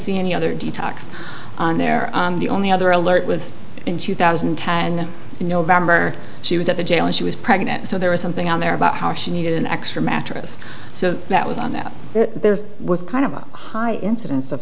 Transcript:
see any other detox there the only other alert was in two thousand and ten in november she was at the jail and she was pregnant so there was something on there about how she needed an extra mattress so that was on that there's with kind of a high incidence of